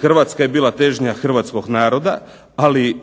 Hrvatska je bila težnja hrvatskog naroda, ali